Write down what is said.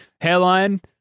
hairline